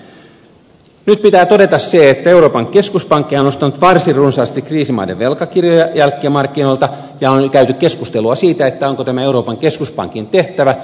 nyt pitää todeta se että euroopan keskuspankkihan on ostanut varsin runsaasti kriisimaiden velkakirjoja jälkimarkkinoilta ja on jo käyty keskustelua siitä onko tämä euroopan keskuspankin tehtävä